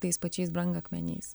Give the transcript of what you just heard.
tais pačiais brangakmeniais